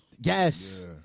Yes